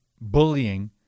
bullying